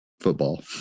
football